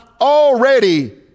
already